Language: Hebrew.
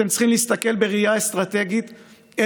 אתם צריכים להסתכל בראייה אסטרטגית על